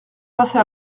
passer